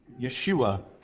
Yeshua